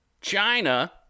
China